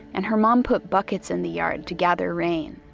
and her mom put buckets in the yard to gather rain.